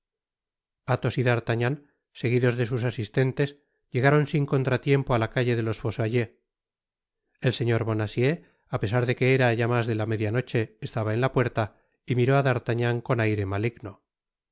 athos y d'artagnan seguidos de sus asistentes llegaron sin contratiempo á la calle de los fossoyeurs el señor bonacieux apesar de que era ya mas de la media noche estaba en la puerta y miró á d'artagnan con aire maligno